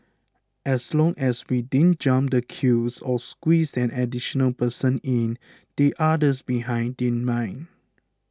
as long as we didn't jump the queues or squeezed an additional person in the others behind didn't mind